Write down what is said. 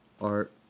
art